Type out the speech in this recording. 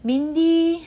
mindy